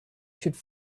should